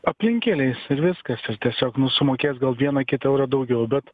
aplinkkeliais ir viskas ir tiesiog nu sumokės gal vieną kitą eurą daugiau bet